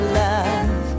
love